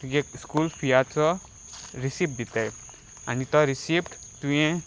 तुज्या स्कूल फियाचो रिसिप्ट दितात आनी तो रिसिप्ट तुवें